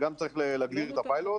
גם צריך להגדיר את הפיילוט,